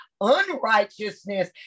unrighteousness